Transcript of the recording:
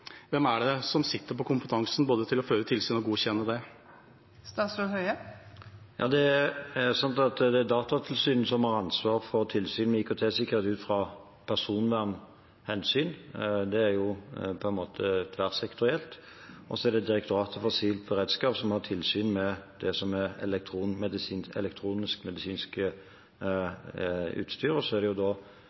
Hvem er det som sitter på kompetansen til både å føre tilsyn og å godkjenne det? Det er Datatilsynet som har ansvaret for tilsyn med IKT-sikkerhet, ut fra personvernhensyn. Det er på en måte tverrsektorielt. Det er Direktoratet for sivilt beredskap som har tilsyn med elektromedisinsk utstyr, og det er Helsetilsynet som har det overordnede tilsynsansvaret for tjenesten. Jeg opplever at den rapporten som er